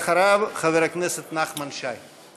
אחריו, חבר הכנסת נחמן שי.